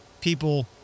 people